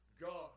God